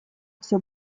все